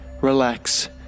relax